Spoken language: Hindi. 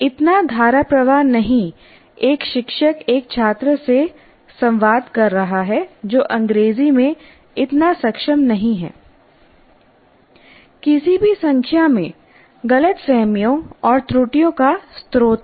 इतना धाराप्रवाह नहीं एक शिक्षक एक छात्र से संवाद कर रहा है जो अंग्रेजी में इतना सक्षम नहीं है किसी भी संख्या में गलतफहमियों और त्रुटियों का स्रोत है